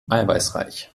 eiweißreich